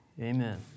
Amen